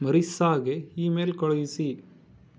ಮರಿಸ್ಸಾಗೆ email ಕಳುಹಿಸಿ